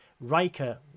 Riker